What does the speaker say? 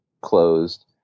closed